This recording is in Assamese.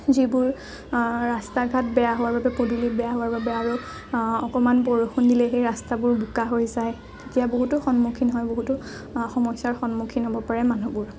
যিবোৰ ৰাস্তা ঘাট বেয়া হোৱা বাবে পদূলিত বেয়া হোৱা বাবে অকণমান বৰষুণ দিলেই সেই ৰাস্তাবোৰ বোকা হৈ যায় যে বহুতো সন্মুখীন হয় বহুতো সমস্যাৰ সন্মুখীন হ'ব পাৰে মানুহবোৰ